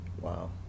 Wow